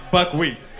Buckwheat